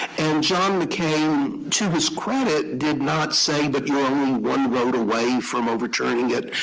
and john mccain, to his credit, did not say, but one vote away from overturning it.